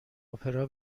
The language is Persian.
اپرا